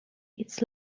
its